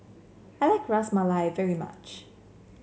I like Ras Malai very much